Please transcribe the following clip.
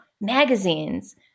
magazines